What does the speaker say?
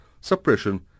suppression